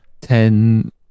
Ten